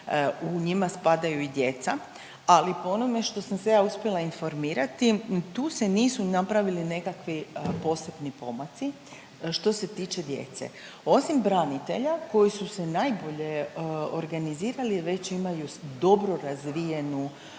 u njima spadaju i djeca, ali po onome što sam se ja uspjela informirati tu se nisu napravili nekakvi posebni pomaci što se tiče djece, osim branitelja koji su se najbolje organizirali, već imaju dobro razvijenu